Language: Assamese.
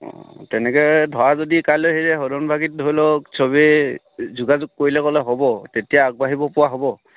অঁ তেনেকৈ ধৰা যদি কাইলৈ সেই সদনভাগিত ধৰি লওক সবেই যোগাযোগ কৰিলে ক'লে হ'ব তেতিয়া আগবাঢ়িব পৰা হ'ব